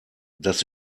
das